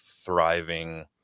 thriving